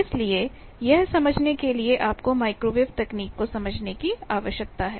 इसलिए यह समझने के लिए आपको माइक्रोवेव तकनीक को समझने की आवश्यकता है